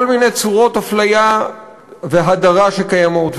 כל מיני צורות הפליה והדרה שקיימות.